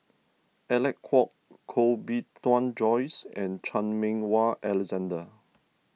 Alec Kuok Koh Bee Tuan Joyce and Chan Meng Wah Alexander